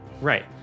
Right